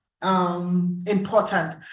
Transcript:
Important